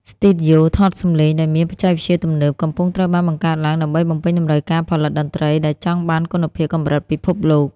ស្ទូឌីយោថតសម្លេងដែលមានបច្ចេកវិទ្យាទំនើប កំពុងត្រូវបានបង្កើតឡើងដើម្បីបំពេញតម្រូវការផលិតតន្ត្រីដែលចង់បានគុណភាពកម្រិតពិភពលោក។